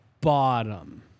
bottom